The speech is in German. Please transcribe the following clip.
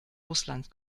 russland